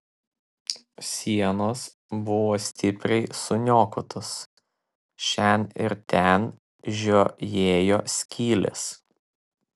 sienos buvo stipriai suniokotos šen ir ten žiojėjo skylės